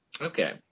Okay